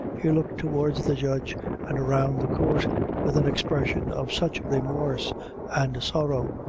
he looked towards the judge and around the court with an expression of such remorse and sorrow,